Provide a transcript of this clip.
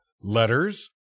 letters